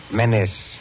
menace